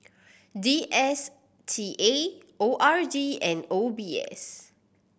D S T A O R D and O B S